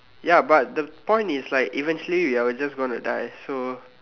ya but the point is like eventually we are just going to die so